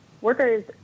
workers